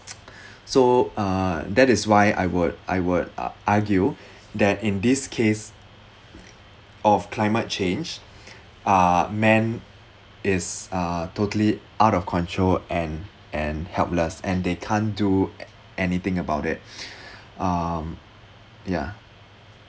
so uh that is why I would I would uh argue that in this case of climate change uh man is uh totally out of control and and helpless and they can't do a~ anything about it um yeah